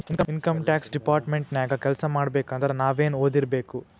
Income tax department ನ್ಯಾಗ್ ಕೆಲ್ಸಾಮಾಡ್ಬೇಕಂದ್ರ ನಾವೇನ್ ಒದಿರ್ಬೇಕು?